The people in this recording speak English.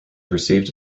received